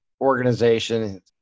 organization –